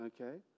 Okay